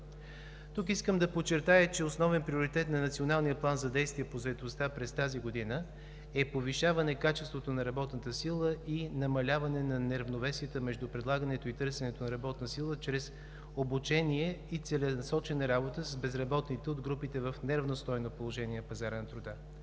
Националния план за действие по заетостта през тази година е повишаване качеството на работната сила и намаляване на неравновесията между предлагането и търсенето на работна сила чрез обучение и целенасочена работа с безработните от групите в неравностойно положение на пазара на труда.